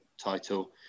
title